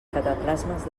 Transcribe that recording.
cataplasmes